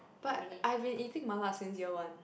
but I've been eating mala since year one